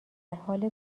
حال